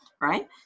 right